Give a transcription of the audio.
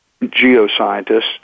geoscientists